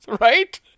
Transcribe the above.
Right